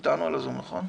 כבר באים לסדר את זה.